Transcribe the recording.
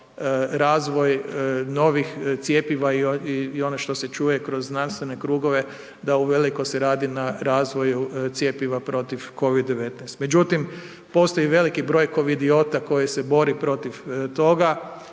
razvoj novih cjepiva i ono se čuje kroz znanstvene krugove, da uveliko se radi na razvoju cjepiva protiv COVID-19. Međutim, postoji veliki broj kovidiota koji se bore protiv toga,